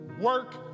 work